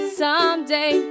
someday